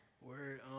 word